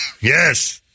yes